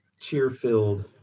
cheer-filled